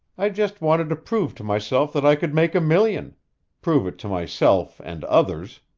i just wanted to prove to myself that i could make a million prove it to myself and others.